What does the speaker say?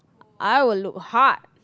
I will look hot